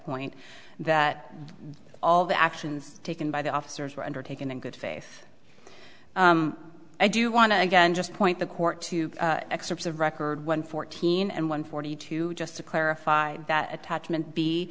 point that all the actions taken by the officers were undertaken in good faith i do want to again just point the court to excerpts of record one fourteen and one forty two just to clarify that attachment b